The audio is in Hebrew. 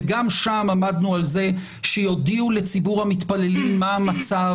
וגם שם עמדנו על זה שיודיעו לציבור המתפללים מה המצב,